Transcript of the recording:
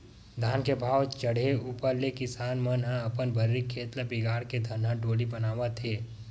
धान के भाव चड़हे ऊपर ले किसान मन ह अपन भर्री खेत ल बिगाड़ के धनहा डोली बनावत हवय